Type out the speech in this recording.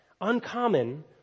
uncommon